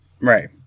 Right